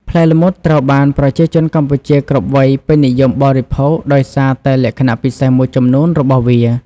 ផ្លែល្មុតត្រូវបានប្រជាជនកម្ពុជាគ្រប់វ័យពេញនិយមបរិភោគដោយសារតែលក្ខណៈពិសេសមួយចំនួនរបស់វា។